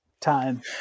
time